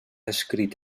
escrit